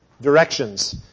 directions